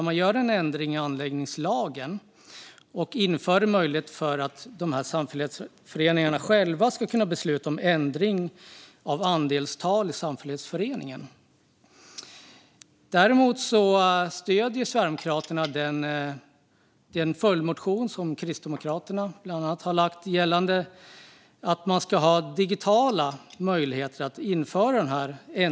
Man gör en ändring i anläggningslagen och inför en möjlighet för samfällighetsföreningarna att själva besluta om ändring av andelstalen i samfällighetsföreningen. Däremot stöder Sverigedemokraterna den följdmotion som bland andra Kristdemokraterna har väckt om att man ska ha digitala möjligheter att införa ändringarna.